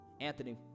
Anthony